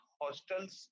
hostels